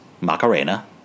Macarena